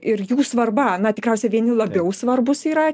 ir jų svarba na tikriausiai vieni labiau svarbūs yra